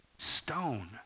stone